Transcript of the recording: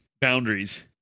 boundaries